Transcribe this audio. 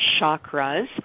chakras